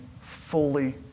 fully